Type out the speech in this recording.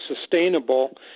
sustainable